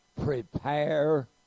Prepare